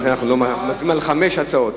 לכן אנחנו כמובן מצביעים על חמש הצעות.